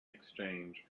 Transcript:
exchange